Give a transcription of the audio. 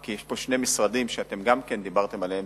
כי יש פה שני משרדים שגם אתם דיברתם עליהם,